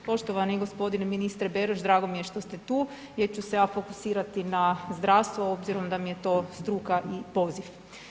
Poštovani g. ministre Beroš, drago mi je što ste tu jer ću se ja fokusirati na zdravstvo obzirom da mi je to struka i poziv.